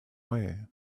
way